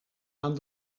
aan